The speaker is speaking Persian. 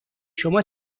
شما